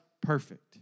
perfect